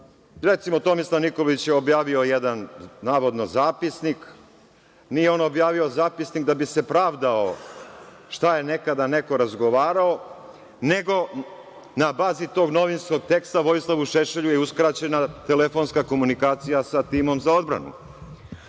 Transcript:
Recimo, Tomislav Nikolić je objavio jedan navodno zapisnik, nije on objavio zapisnik da bi se pravdao šta je nekada neko razgovarao, nego na bazi tog novinskog teksta Vojislavu Šešelju je uskraćena telefonska komunikacija sa timom za odbranu,